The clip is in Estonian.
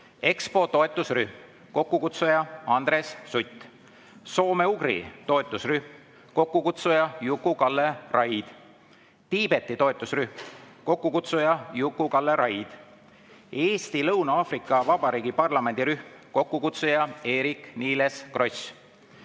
Expo toetusrühm, kokkukutsuja Andres Sutt; soome-ugri toetusrühm, kokkukutsuja Juku-Kalle Raid; Tiibeti toetusrühm, kokkukutsuja Juku-Kalle Raid; Eesti – Lõuna-Aafrika Vabariigi parlamendirühm, kokkukutsuja Eerik-Niiles Kross.